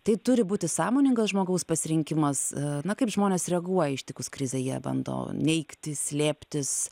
tai turi būti sąmoningas žmogaus pasirinkimas na kaip žmonės reaguoja ištikus krizei jie bando neigti slėptis